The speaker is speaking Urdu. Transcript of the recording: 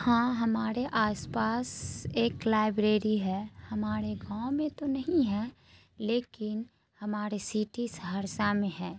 ہاں ہمارے آس پاس ایک لائبریری ہے ہمارے گاؤں میں تو نہیں ہے لیکن ہمارے سٹی سہرسہ میں ہے